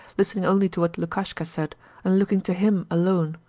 listening only to what lukashka said and looking to him alone.